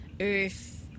earth